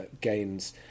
gains